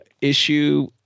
issue